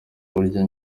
burya